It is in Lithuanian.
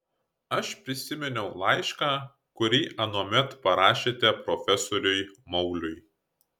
aš prisiminiau laišką kurį anuomet parašėte profesoriui mauliui